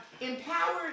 empowered